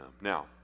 Now